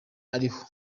ariho